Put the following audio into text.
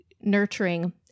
nurturing